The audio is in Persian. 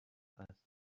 است